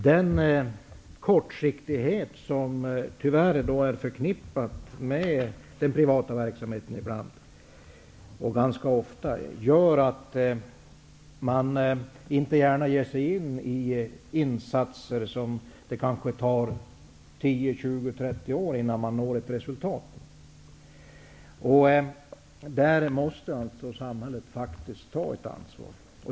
Den kortsiktighet som tyvärr ganska ofta är förknippad med den privata verksamheten gör att företagen inte gärna ger sig in på insatser som det kanske tar 10, 20 eller 30 år innan man får se resultat av. Där måste alltså samhället ta ett ansvar.